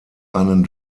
einen